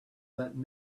that